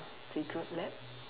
secret lab